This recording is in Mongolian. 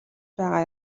байгаа